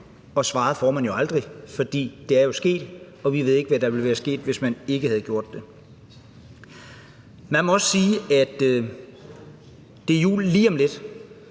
og svaret får man jo aldrig. For det er jo sket, og vi ved ikke, hvad der ville være sket, hvis man ikke havde gjort det. Man må også sige, at det er jul lige om lidt.